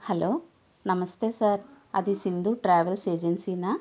hello నమస్తే sir అది Sindhu travels agency నా